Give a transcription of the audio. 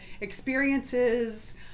experiences